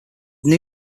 new